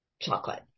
Chocolate